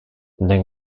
then